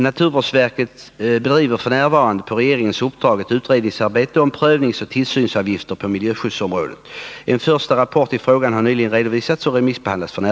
Naturvårdsverket bedriver f. n. på regeringens uppdrag ett utredningsarbete om prövningsoch tillsynsavgifter på miljöskyddsområdet. En första rapport i frågan har nyligen redovisats och remissbehandlas f. n.